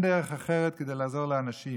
אין דרך אחרת לעזור לאנשים,